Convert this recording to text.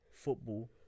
football